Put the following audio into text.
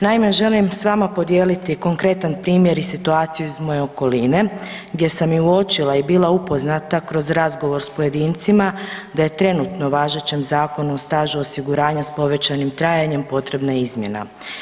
Naime, želim s vama podijeliti konkretan primjer i situaciju iz moje okoline gdje sam i uočila i bila upoznata kroz razgovor s pojedincima da je trenutno važećem Zakonu o stažu osiguranja s povećanim trajanjem potrebna izmjena.